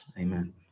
amen